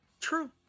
True